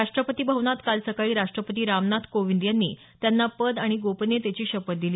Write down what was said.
राष्ट्रपती भवनात काल सकाळी राष्ट्रपती रामनाथ कोविंद यांनी त्यांना पद आणि गोपनीयतेची शपथ दिली